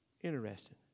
Interesting